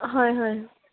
হয় হয়